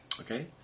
Okay